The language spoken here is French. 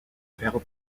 père